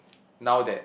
now that